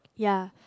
ya